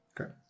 Okay